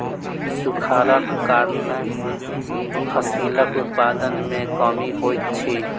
सूखाड़क कारणेँ फसिलक उत्पादन में कमी होइत अछि